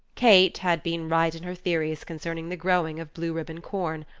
kate had been right in her theories concerning the growing of blue ribbon corn.